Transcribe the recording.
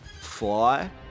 fly